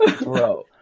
bro